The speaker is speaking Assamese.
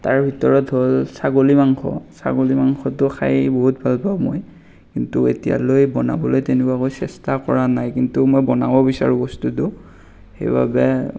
তাৰ ভিতৰত হ'ল ছাগলী মাংস ছাগলী মাংসটো খাই বহুত ভাল পাওঁ মই কিন্তু এতিয়ালৈ বনাবলৈ তেনেকুৱাকৈ চেষ্টা কৰা নাই কিন্তু মই বনাব বিচাৰোঁ বস্তুটো সেইবাবে